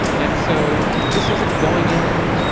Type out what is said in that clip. and so this isn't going in,